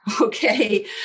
Okay